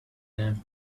them